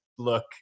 look